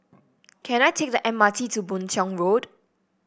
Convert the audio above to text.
can I take the M R T to Boon Tiong Road